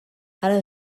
ara